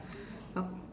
o~